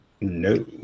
No